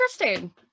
interesting